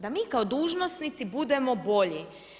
Da mi kao dužnosnici budemo bolji.